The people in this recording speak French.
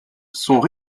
sont